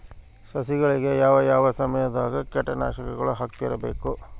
ಸಸಿಗಳಿಗೆ ಯಾವ ಯಾವ ಸಮಯದಾಗ ಕೇಟನಾಶಕಗಳನ್ನು ಹಾಕ್ತಿರಬೇಕು?